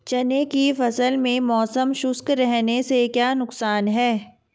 चने की फसल में मौसम शुष्क रहने से क्या नुकसान है?